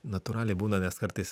natūraliai būna nes kartais